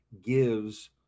gives